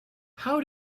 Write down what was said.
how